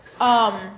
Um-